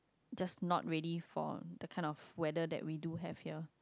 just not really for the kind of weather that we do have here